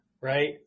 right